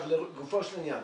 לגופו של עניין,